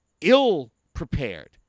ill-prepared